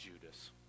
Judas